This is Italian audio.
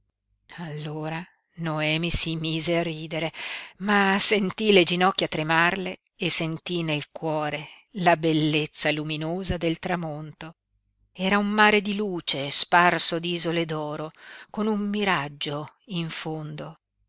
allora noemi si mise a ridere ma sentí le ginocchia tremarle e sentí nel cuore la bellezza luminosa del tramonto era un mare di luce sparso d'isole d'oro con un miraggio in fondo